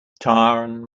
taran